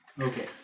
Okay